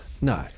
No